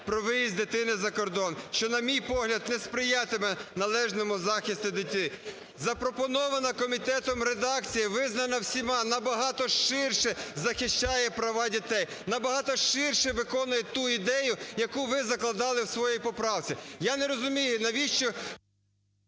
про виїзд дитини за кордон, що, на мій погляд, не сприятиме належному захисту дитини. Запропонована комітетом редакція, визнано всіма, на багато ширше захищає права дітей, на багато ширше виконує ту ідею, яку ви закладали у своїй поправці. Я не розумію, навіщо…